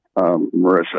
marissa